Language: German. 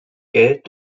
geld